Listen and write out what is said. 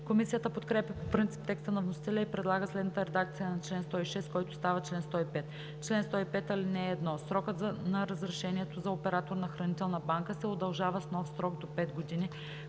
Комисията подкрепя по принцип текста на вносителя и предлага следната редакция на чл. 106, който става чл. 105: „Чл. 105. (1) Срокът на разрешението за оператор на хранителна банка се удължава с нов срок до 5 години,